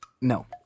No